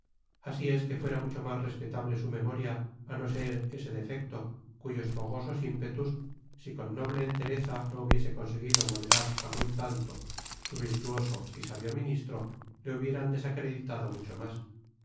asi es que fuera mucho mas respetabte su memoria á no ser ese defecto cuyos fogosos impetus i con nobte entereza no hubiese conseguido moderar atgun tanto su virtuoso y sabio ministro te hubieran desacreditado mucho mas